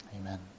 Amen